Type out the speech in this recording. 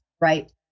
Right